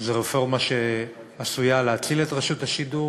זה רפורמה שעשויה להציל את רשות השידור